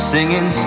Singing